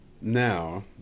Now